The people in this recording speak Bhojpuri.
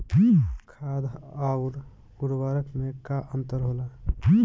खाद्य आउर उर्वरक में का अंतर होला?